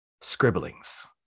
scribblings